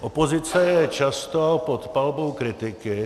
Opozice je často pod palbou kritiky.